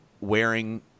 wearing